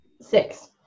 Six